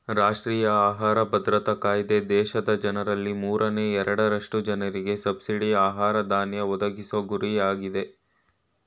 ರಾಷ್ಟ್ರೀಯ ಆಹಾರ ಭದ್ರತಾ ಕಾಯ್ದೆ ದೇಶದ ಜನ್ರಲ್ಲಿ ಮೂರನೇ ಎರಡರಷ್ಟು ಜನರಿಗೆ ಸಬ್ಸಿಡಿ ಆಹಾರ ಧಾನ್ಯ ಒದಗಿಸೊ ಗುರಿ ಹೊಂದಯ್ತೆ